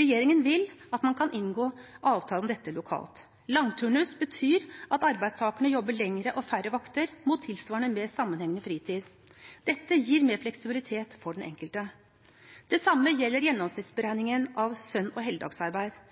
Regjeringen vil at man kan inngå avtale om dette lokalt. Langturnus betyr at arbeidstakerne jobber lengre og færre vakter mot tilsvarende mer sammenhengende fritid. Dette gir mer fleksibilitet for den enkelte. Det samme gjelder gjennomsnittsberegningen av søn- og